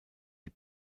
die